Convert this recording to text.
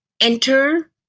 enter